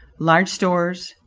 large stores,